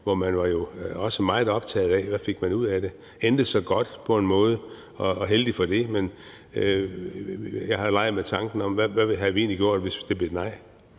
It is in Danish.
hvor man jo også var meget optaget af, hvad man fik ud af det. Det endte så godt på en måde, og heldigvis for det. Men jeg har leget med tanken om, hvad vi egentlig havde gjort, hvis det var